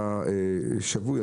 אתה שבוי,